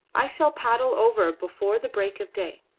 i shall paddle over before the break of day.